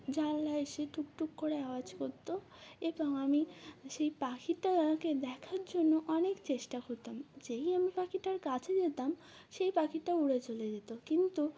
জানলায় এসে টুকটুক করে আওয়াজ করতো এবং আমি সেই পাখিটাকে দেখার জন্য অনেক চেষ্টা করতাম যেই আমি পাখিটার কাছে যেতাম সেই পাখিটা উড়ে চলে যেত কিন্তু